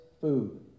food